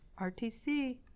rtc